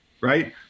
right